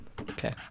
okay